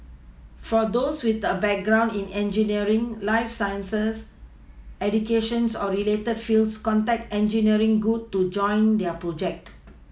for those with a background in engineering life sciences education or related fields contact engineering good to join their projects